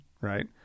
right